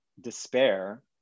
despair